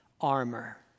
armor